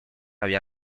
había